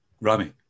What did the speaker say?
Rami